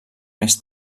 més